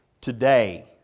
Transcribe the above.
Today